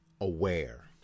aware